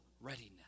readiness